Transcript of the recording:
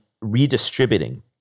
redistributing